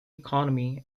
economy